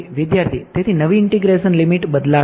વિદ્યાર્થી તેથી નવી ઇંટિગ્રેશન લિમિટ બદલાશે